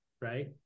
right